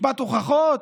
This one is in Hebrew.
משפט הוכחות,